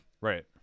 right